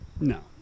No